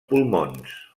pulmons